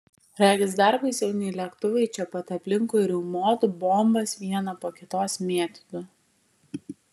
regis dar baisiau nei lėktuvai čia pat aplinkui riaumotų bombas vieną po kitos mėtytų